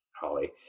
Holly